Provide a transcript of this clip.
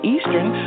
Eastern